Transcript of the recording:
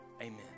Amen